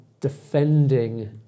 defending